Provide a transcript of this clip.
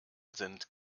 sind